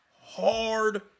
hard